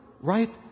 Right